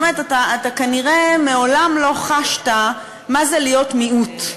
באמת אתה כנראה מעולם לא חשת מה זה להיות מיעוט.